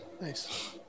Nice